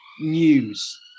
news